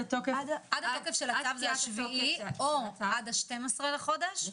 התוקף של הצו הוא 7 בדצמבר או 12 בדצמבר בחודש,